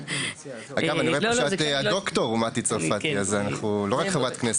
אגב, את ד"ר מטי צרפתי, לא רק חברת כנסת.